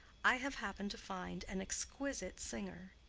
i have happened to find an exquisite singer,